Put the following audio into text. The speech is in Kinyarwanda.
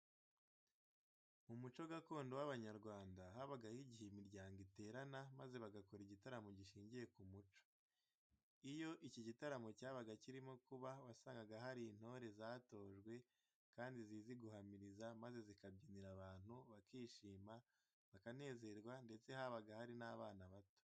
Mu muco gakondo w'Abanyarwanda habagaho igihe imiryango iterana maze bagakora igitaramo gishingiye ku muco. Iyo iki gitaramo cyabaga kirimo kuba wasangaga hari intore zatojwe kandi zizi guhamiriza maze zikabyinira abantu bakishima, bakanezerwe ndetse habaga hari n'abana bato.